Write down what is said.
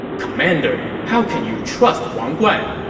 commander, how can you trust wang guan?